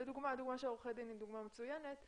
הדוגמה של עורכי הדין היא דוגמה מצוינת,